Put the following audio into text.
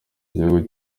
igihugu